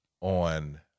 on